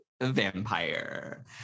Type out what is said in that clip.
vampire